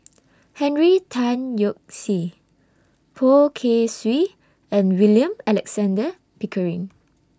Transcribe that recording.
Henry Tan Yoke See Poh Kay Swee and William Alexander Pickering